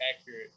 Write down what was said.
accurate